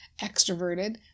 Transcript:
extroverted